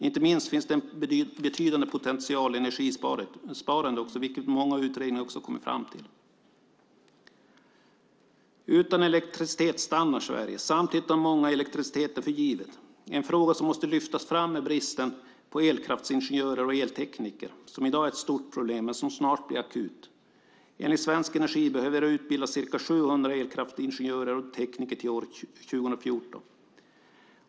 Inte minst finns det en betydande potential i energisparande, vilket många utredningar också har kommit fram till. Utan elektricitet stannar Sverige. Samtidigt tar många elektriciteten för givet. En fråga som måste lyftas fram är bristen på elkraftsingenjörer och eltekniker. Det är i dag ett stort problem och blir snart akut. Enligt Svensk Energi behöver det utbildas ca 700 elkraftsingenjörer och eltekniker till 2014.